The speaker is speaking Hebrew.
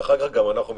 ואחר כך גם אנחנו נתפרק.